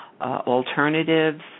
alternatives